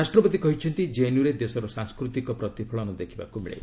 ରାଷ୍ଟ୍ରପତି କହିଛନ୍ତି ଜେଏନ୍ୟୁରେ ଦେଶର ସଂସ୍କୃତିର ପ୍ରତିଫଳନ ଦେଖିବାକୁ ମିଳେ